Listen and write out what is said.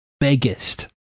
biggest